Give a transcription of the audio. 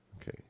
Okay